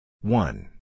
One